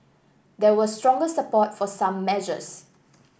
there was stronger support for some measures